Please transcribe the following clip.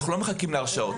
אנחנו לא מחכים להרשעות.